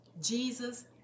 Jesus